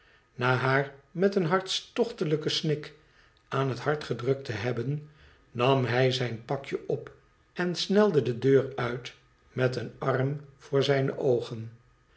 na haar met een hartstochtelijken snik aan het hart gedrukt te hebben nam hij zijn pakje op en snelde de deur uit met een arm voor zijne oogen